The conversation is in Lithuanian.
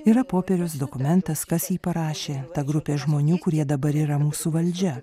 yra popierius dokumentas kas jį parašė ta grupė žmonių kurie dabar yra mūsų valdžia